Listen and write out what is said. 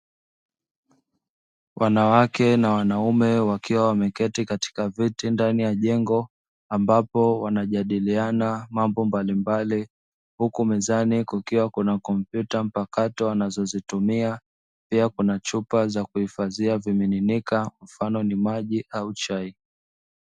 Wanawake na wanaume wakiwa wameketi katika viti ndani ya jengo ambapo wanajadiliana mambo mbalimbali huku mezani kukiwa kuna kompyuta mpakato wanazozitumia pia kuna chupa za kuhifadhia vimiminika mfano ni maji au chai.